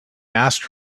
asked